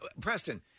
Preston